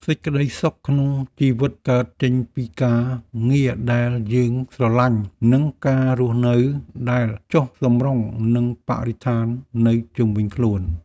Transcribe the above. សេចក្តីសុខក្នុងជីវិតកើតចេញពីការងារដែលយើងស្រឡាញ់ និងការរស់នៅដែលចុះសម្រុងនឹងបរិស្ថាននៅជុំវិញខ្លួន។